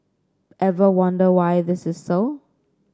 ever wonder why this is so